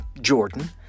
Jordan